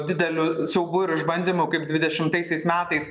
dideliu siaubu ir išbandymu kaip dvidešimtaisiais metais